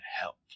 help